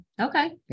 Okay